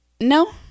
No